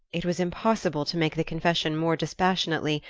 it was impossible to make the confession more dispassionately,